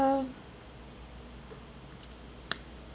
uh